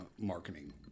marketing